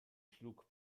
schlug